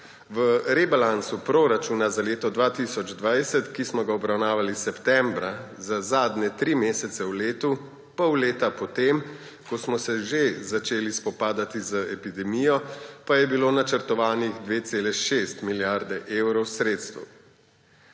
V rebalansu proračuna za leto 2020, ki smo ga obravnavali septembra za zadnje 3 mesece v letu, pol leta po tem, ko smo se že začeli spopadati z epidemijo, pa je bilo načrtovanih 2,6 milijarde evrov sredstev.